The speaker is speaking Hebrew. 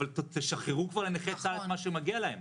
אבל תשחררו כבר לנכי צה"ל את מה שמגיע להם.